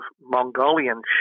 Mongolian